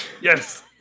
Yes